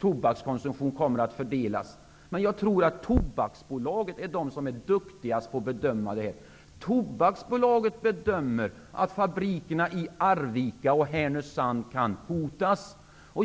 tobakskonsumtionen och kan inte säga hur den kommer att fördelas, men jag tror att Tobaksbolaget är duktigast på att bedöma det. Härnösand kan hotas.